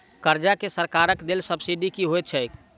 कर्जा मे सरकारक देल सब्सिडी की होइत छैक?